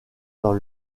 dans